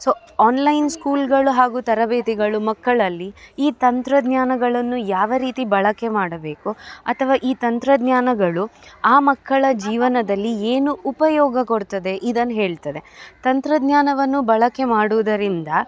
so online ಸ್ಕೂಲುಗಳು ಹಾಗು ತರಬೇತಿಗಳು ಮಕ್ಕಳಲ್ಲಿ ಈ ತಂತ್ರಜ್ಞಾನಗಳನ್ನು ಯಾವ ರೀತಿ ಬಳಕೆ ಮಾಡಬೇಕು ಅಥವಾ ಈ ತಂತ್ರಜ್ಞಾನಗಳು ಆ ಮಕ್ಕಳ ಜೀವನದಲ್ಲಿ ಏನು ಉಪಯೋಗ ಕೊಡುತ್ತದೆ ಇದನ್ನು ಹೇಳ್ತದೆ ತಂತ್ರಜ್ಞಾನವನ್ನು ಬಳಕೆ ಮಾಡುವುದರಿಂದ